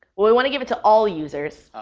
we want to give it to all users,